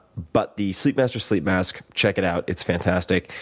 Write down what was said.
but the sleep master sleep mask, check it out it's fantastic.